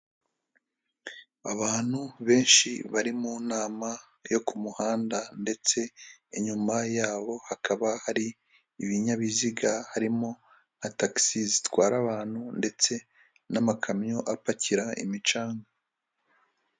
Abantu benshi bari mu nama yo ku muhanda ndetse inyuma yabo hakaba hari ibinyabiziga harimo, nka tagisi zitwara abantu ndetse n'amakamyo apakira imicanga.